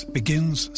begins